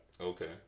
Okay